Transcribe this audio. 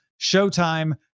showtime